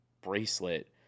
bracelet